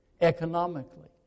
economically